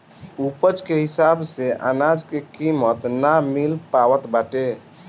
उपज के हिसाब से अनाज के कीमत ना मिल पावत बाटे